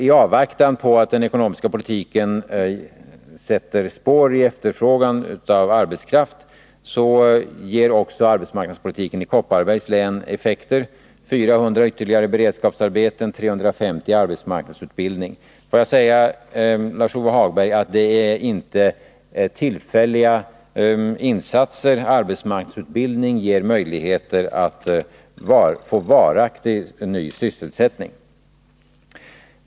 I avvaktan på att den ekonomiska politiken skall sätta spår i efterfrågan på arbetskraft ger också arbetsmarknadspolitiken i Kopparbergs län effekter i form av 400 ytterligare beredskapsarbeten och 350 personer i arbetsmarknadsutbildning. Får jag säga till Lars-Ove Hagberg att detta inte är några tillfälliga insatser. Arbetsmarknadsutbildningen ger möjligheter till ny varaktig sysselsättning.